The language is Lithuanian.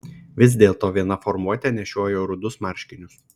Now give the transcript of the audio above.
vis dėlto viena formuotė nešiojo rudus marškinius